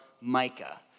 Micah